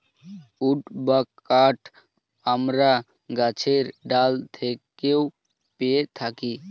would বা কাঠ আমরা গাছের ডাল থেকেও পেয়ে থাকি